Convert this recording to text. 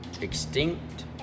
Extinct